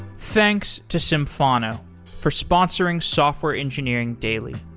thanks to symphono for sponsoring software engineering daily.